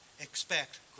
expect